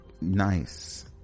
nice